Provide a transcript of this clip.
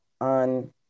on